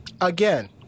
Again